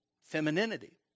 femininity